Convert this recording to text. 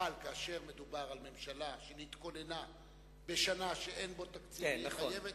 כאשר מדובר על ממשלה שנתכוננה בשנה שאין בה תקציב והיא חייבת,